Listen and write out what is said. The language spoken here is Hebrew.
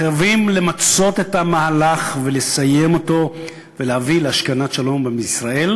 חייבים למצות את המהלך ולסיים אותו ולהביא להשכנת שלום בישראל,